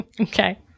Okay